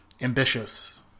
ambitious